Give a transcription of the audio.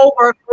over